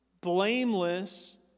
blameless